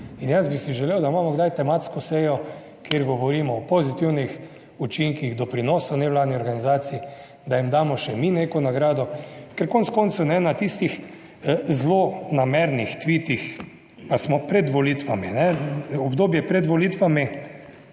In jaz bi si želel, da imamo kdaj tematsko sejo, kjer govorimo o pozitivnih učinkih, doprinosu nevladnih organizacij, da jim damo še mi neko nagrado, ker konec koncev ne na tistih zelo namernih tvitih, pa smo pred volitvami. Obdobje pred volitvami,